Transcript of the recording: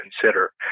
consider